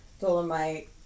Dolomite